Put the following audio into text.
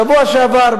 בשבוע שעבר,